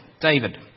David